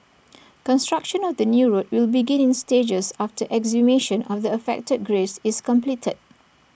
construction of the new road will begin in stages after exhumation of the affected graves is completed